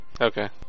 Okay